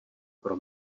pro